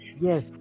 Yes